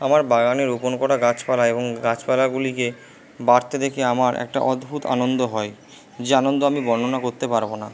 আমার বাগানে রোপন করা গাছপালা এবং গাছপালাগুলিকে বাড়তে দেখে আমার একটা অদ্ভূত আনন্দ হয় যে আনন্দ আমি বর্ণনা করতে পারব না